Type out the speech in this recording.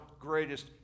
greatest